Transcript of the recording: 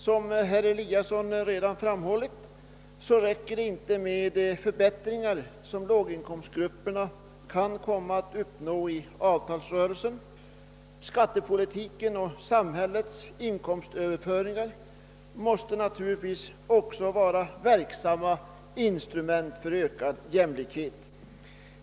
Som herr Eliasson i Sundborn redan framhållit räcker det inte med de förbättringar som låginkomstgrupperna kan komma att uppnå i avtalsrörelsen. Skattepolitiken och samhällets inkomstöverföringar måste naturligtvis också vara verksamma instrument för ökad jämlikhet.